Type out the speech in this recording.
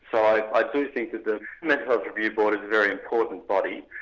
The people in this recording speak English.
i do think that the mental health review board is a very important body.